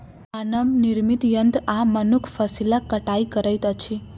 मानव निर्मित यंत्र आ मनुख फसिलक कटाई करैत अछि